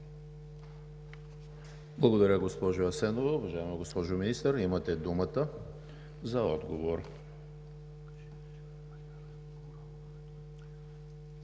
Благодаря, госпожо Асенова. Уважаема госпожо Министър, имате думата за отговор.